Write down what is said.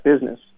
business